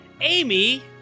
Amy